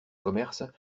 commerce